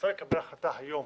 רוצה לקבל החלטה היום.